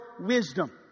wisdom